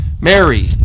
Mary